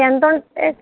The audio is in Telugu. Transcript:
ఎంతుంటాయి